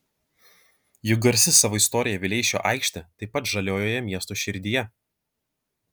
juk garsi savo istorija vileišio aikštė taip pat žaliojoje miesto širdyje